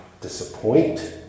disappoint